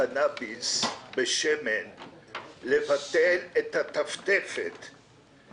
הקנאביס לא יודע את כל הדברים האלה שאתם מדברים עליו.